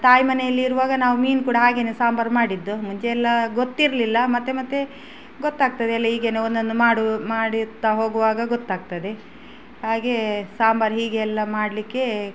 ತಾಯಿ ಮನೆಯಲ್ಲಿರುವಾಗ ನಾವು ಮೀನು ಕೂಡ ಹಾಗೆಯೇ ಸಾಂಬಾರು ಮಾಡಿದ್ದು ಮುಂಚೆ ಎಲ್ಲ ಗೊತ್ತಿರಲಿಲ್ಲ ಮತ್ತೆ ಮತ್ತೆ ಗೊತ್ತಾಗ್ತದೆ ಎಲ್ಲ ಹೀಗೇನೇ ಒಂದೊಂದು ಮಾಡು ಮಾಡುತ್ತಾ ಹೋಗುವಾಗ ಗೊತ್ತಾಗ್ತದೆ ಹಾಗೆ ಸಾಂಬಾರು ಹೀಗೆ ಎಲ್ಲ ಮಾಡಲಿಕ್ಕೆ